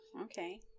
okay